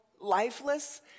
lifeless